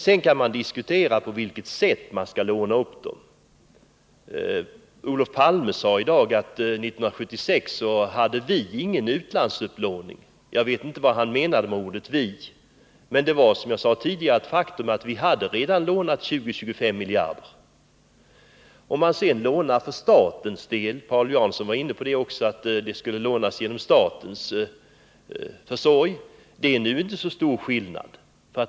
Sedan kan man diskutera på vilket sätt man skall låna upp dem. Olof Palme sade i dag att vi år 1976 inte hade någon utlandsupplåning. Jag vet inte vad han menade med ordet vi, men det var. som jag sade tidigare. ett faktum att vi redan då hade lånat 20-25 miljarder. Om det är staten som lånar — också Paul Jansson var inne på tanken att pengarna skulle lånas genom statens försorg — blir det inte någon större skillnad.